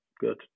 good